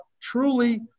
truly